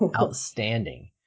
Outstanding